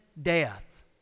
death